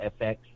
FX